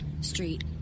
Street